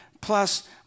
Plus